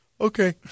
Okay